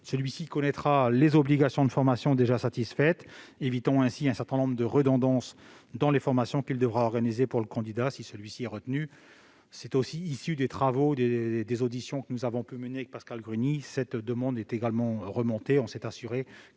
celui-ci connaîtra les obligations de formation déjà satisfaites, évitant ainsi un certain nombre de redondances dans les formations qu'il devra organiser pour le candidat si celui-ci est retenu. Ce dispositif est issu des auditions que nous avons menées, Pascale Gruny et moi-même.